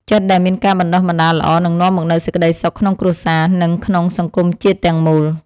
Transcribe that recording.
ចិត្តដែលមានការបណ្តុះបណ្តាលល្អនឹងនាំមកនូវសេចក្តីសុខក្នុងគ្រួសារ និង ក្នុងសង្គមជាតិទាំងមូល។